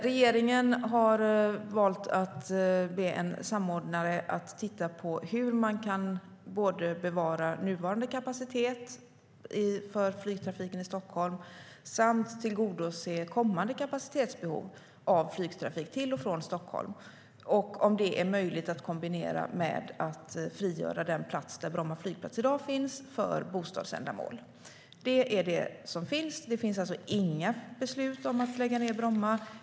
Regeringen har valt att be en samordnare att titta på hur man kan både bevara nuvarande kapacitet för flygtrafiken i Stockholm och tillgodose kommande kapacitetsbehov av flygtrafik till och från Stockholm samt om det är möjligt att kombinera med att frigöra den plats där Bromma flygplats i dag finns för bostadsändamål. Det är det som finns. Det finns alltså inget beslut om att lägga ned Bromma.